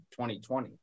2020